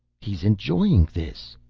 he's enjoying this.